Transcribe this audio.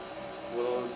will